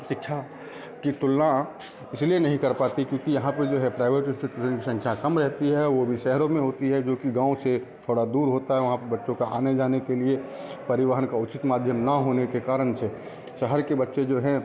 शिक्षा की तुलना इसलिए नहीं कर पाती क्योंकि यहाँ पर जो है प्राइवेट इंस्टिट्यूशन की संख्या कम रहती है वह भी शहरों में होती है जो कि गाँव से थोड़ा दूर होता है वहाँ पर बच्चों का आने जाने के लिए परिवहन का उचित माध्यम न होने के कारण से शहर के बच्चे जो हैं